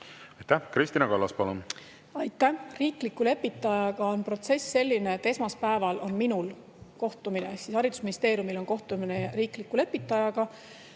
Aitäh! Kristina Kallas, palun! Aitäh! Riikliku lepitajaga on protsess selline, et esmaspäeval on minul ehk siis haridusministeeriumil kohtumine riikliku lepitajaga,